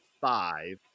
five